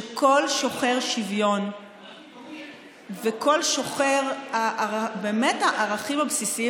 שכל שוחר שוויון וכל שוחר הערכים הבסיסיים